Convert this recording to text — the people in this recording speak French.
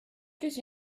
plus